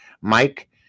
Mike